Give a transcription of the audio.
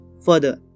further